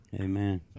Amen